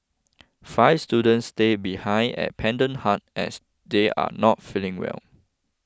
five students stay behind at Pendant Hut as they are not feeling well